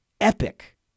epic